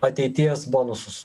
ateities bonusus